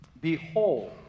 behold